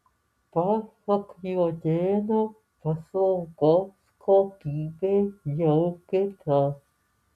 pasak juodėno paslaugos kokybė jau kita